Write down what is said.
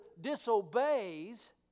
disobeys